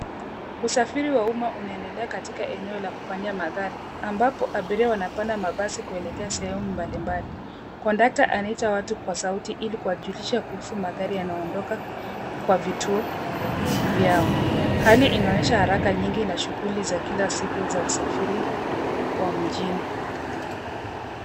Usafiri wa umma unaendelea katika eneo la kupandia magari ambapo abiria wanapanda mabasi kuelekea sehemu mbalimbali. Kondakta anaita watu kwa sauti ili kuwajulisha kuhusu magari yanayoondoka kwa vituo vyao. Hali inaonyesha haraka nyingi na shughuli za kila siku za usafiri wa mjini.